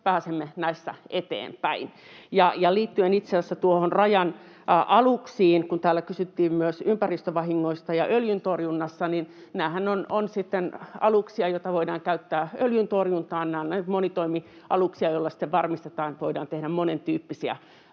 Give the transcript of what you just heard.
pääsemme näissä eteenpäin. Liittyen itse asiassa Rajan aluksiin, kun täällä kysyttiin myös ympäristövahingoista ja öljyntorjunnasta: Nämähän ovat sitten aluksia, joita voidaan käyttää öljyntorjuntaan. Nämä ovat näitä monitoimialuksia, joilla varmistetaan, että voidaan tehdä monentyyppisiä